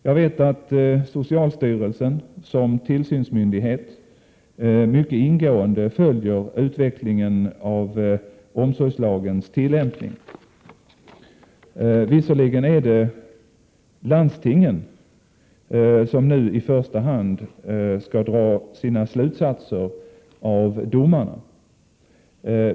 Jag vet att socialstyrelsen som tillsynsmyndighet mycket ingående följer utvecklingen av omsorgslagens tillämpning. Visserligen är det landstingen som nu i första hand skall dra sina slutsater av domarna.